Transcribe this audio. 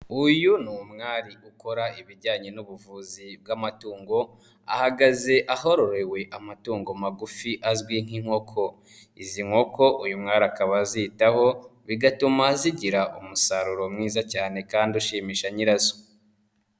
Uyu ni umwari ukora ibijyanye n'ubuvuzi bw'amatungo ahagaze ahororewe amatungo magufi azwi nk'inkoko. Izi nkoko uyu mwari akaba azitaho bigatuma zigira umusaruro mwiza cyane kandi ushimisha nyirazo.